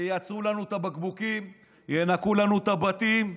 שייצרו לנו את הבקבוקים, ינקו לנו את הבתים,